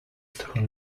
through